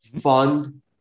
fund